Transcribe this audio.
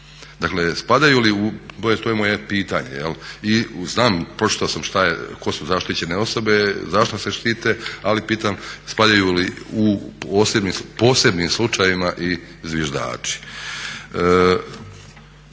Dakle spadaju li, to je moje pitanje. I znam, pročitao tko su zaštićene osobe, zašto se štite, ali pitam spadaju li u posebnim slučajevima i zviždači.